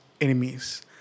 enemies